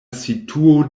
situo